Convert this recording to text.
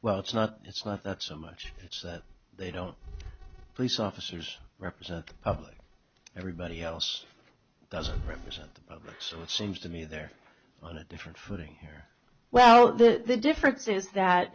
well it's not it's not that so much that they don't police officers represent the public everybody else doesn't represent them so it seems to me they're on a different footing here well the difference is that